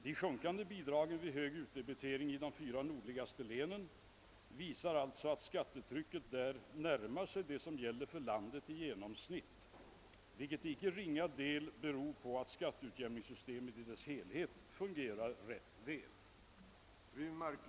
De sjunkande bidragen vid hög utdebitering i de fyra nordligaste länen visar alltså att skattetrycket där närmar sig det som gäller för landet i genomsnitt, vilket till icke ringa del beror på att skatteutjämningssystemet i sin helhet fungerar rätt väl.